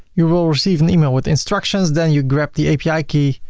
you will receive an email with instructions then you grab the api key.